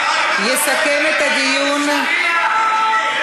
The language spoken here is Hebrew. יסכם את הדיון, שחיתות.